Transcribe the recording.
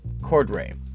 Cordray